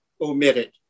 omitted